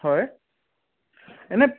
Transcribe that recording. হয় এনেই